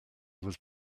was